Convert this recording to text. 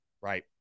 right